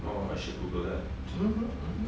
oh I should google that